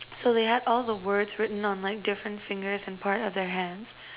so they have all the words written on like different fingers and part of their hands